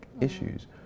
issues